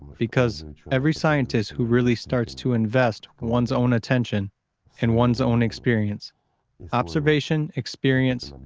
because every scientist who really starts to invest one's own attention and one's own experience observation experience,